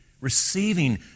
receiving